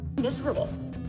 Miserable